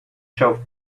shelf